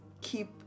keep